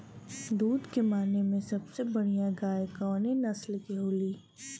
दुध के माने मे सबसे बढ़ियां गाय कवने नस्ल के होली?